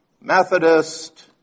Methodist